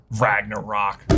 Ragnarok